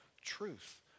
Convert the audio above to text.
truth